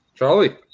Charlie